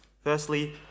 Firstly